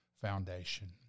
Foundation